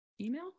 email